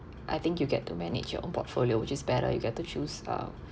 I think you get to manage your own portfolio which is better you get to choose um